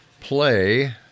play